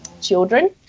children